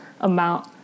amount